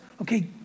Okay